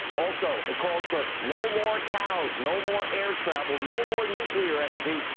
also calls for no more house, no more air travel, no more nuclear energy,